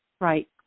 Right